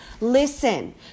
Listen